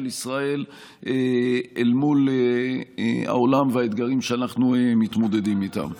ישראל אל מול העולם והאתגרים שאנחנו מתמודדים איתם.